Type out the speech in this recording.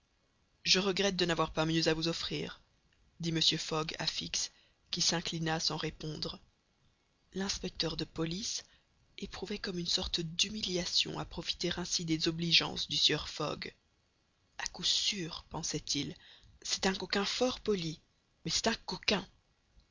je regrette de n'avoir pas mieux à vous offrir dit mr fogg à fix qui s'inclina sans répondre l'inspecteur de police éprouvait comme une sorte d'humiliation à profiter ainsi des obligeances du sieur fogg a coup sûr pensait-il c'est un coquin fort poli mais c'est un coquin